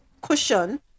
cushion